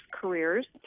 careers